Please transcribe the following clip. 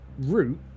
route